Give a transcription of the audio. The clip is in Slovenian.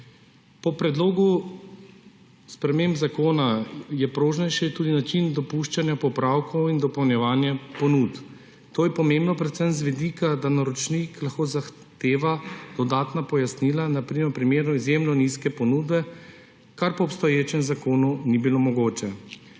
Po predlogu sprememb zakona je prožnejši tudi način dopuščanja popravkov in dopolnjevanje ponudb. To je pomembno predvsem z vidika, da naročnik lahko zahteva dodatna pojasnila, na primer v primeru izjemno nizke ponudbe, kar po obstoječem zakonu ni bilo mogoče.